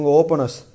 openers